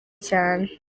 cyane